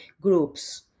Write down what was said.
groups